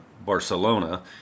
Barcelona